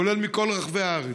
כולל מכל רחבי הארץ,